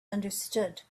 understood